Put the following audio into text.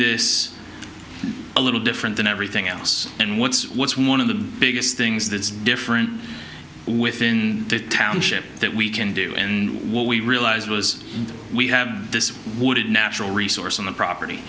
this a little different than everything else and what's what's one of the biggest things that's different within the township that we can do and what we realized was we have this wooded natural resource on the property